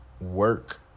work